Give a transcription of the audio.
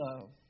love